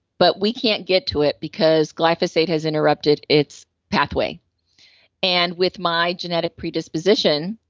but we can't get to it because glyphosate has interrupted its pathway and with my genetic predisposition,